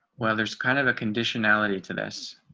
well, there's kind of a conditionality to this.